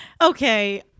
Okay